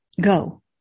Go